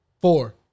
Four